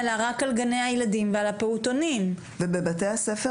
להוסיף לשאלה שבאמת,